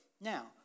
Now